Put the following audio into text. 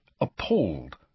appalled